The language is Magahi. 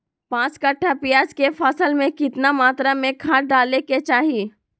पांच कट्ठा प्याज के फसल में कितना मात्रा में खाद डाले के चाही?